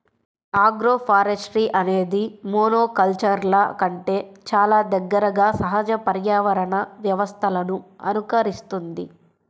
agroforestry అనేది మోనోకల్చర్ల కంటే చాలా దగ్గరగా సహజ పర్యావరణ వ్యవస్థలను అనుకరిస్తుంది